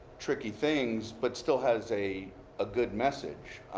tricky things, but still has a ah good message.